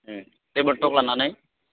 table टक लानानै